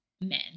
Men